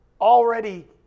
already